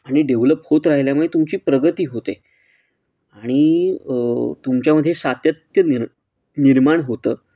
आणि डेव्हलप होत राहिल्यामुळे तुमची प्रगती होते आणि तुमच्यामध्ये सातत्य निर् निर्माण होतं